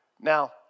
Now